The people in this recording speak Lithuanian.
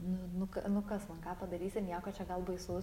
nu nu nu kas man ką padarys ir nieko čia gal baisaus